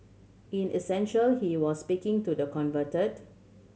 in essential he was speaking to the converted